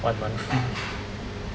one month free